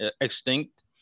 extinct